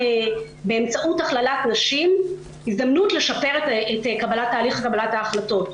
באמצעות הכללת נשים יש לנו הזדמנות לשפר את תהליך קבלת ההחלטות.